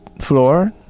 floor